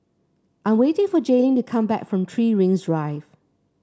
I am waiting for Jaylyn to come back from Three Rings Drive